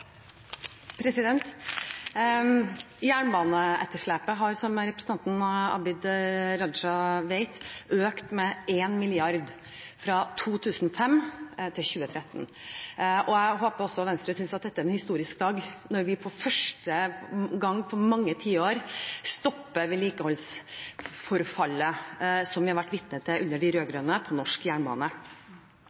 som representanten Abid Q. Raja vet – med 1 mrd. kr fra 2005 til 2013. Jeg håper også Venstre synes at dette er en historisk dag, når vi for første gang på mange tiår stopper forfallet i vedlikeholdet av norsk jernbane, som vi var vitne til under de